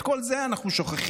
את כל זה אנחנו שוכחים,